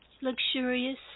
luxurious